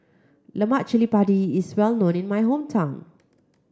Lemak Padi is well known in my hometown